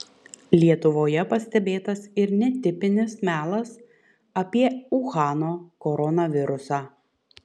lietuvoje pastebėtas ir netipinis melas apie uhano koronavirusą